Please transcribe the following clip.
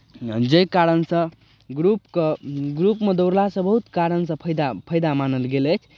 जाहि कारणसँ ग्रुपके ग्रुपमे दौड़लासँ बहुत कारणसँ फायदा फायदा मानल गेल अछि